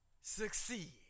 succeed